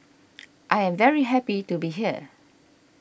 I am very happy to be here